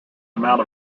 amount